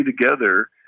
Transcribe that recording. together